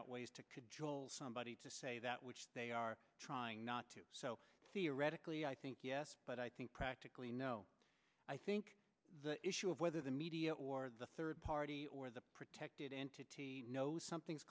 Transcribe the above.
out ways to cajole somebody to say that which they are trying not to so theoretically i think yes but i think practically no i think the issue of whether the media or the third party or the protected entity knows something